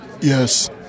Yes